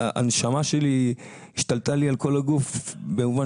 והנשמה שלי השתלטה לי על כל הגוף במובן